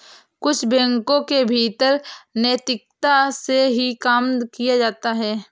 कुछ बैंकों के भीतर नैतिकता से ही काम किया जाता है